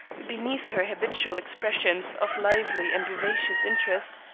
beneath her habitual expressions of lively and vivacious interest,